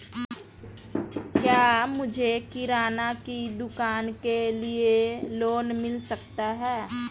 क्या मुझे किराना की दुकान के लिए लोंन मिल सकता है?